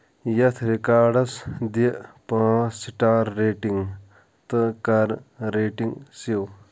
یتھ ریکاڈس دِ پانٛژھ سٹار ریٹِنگ تہٕ کر ریٹِنگ سیو